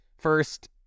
First